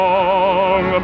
Long